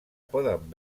poden